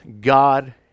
God